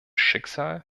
schicksal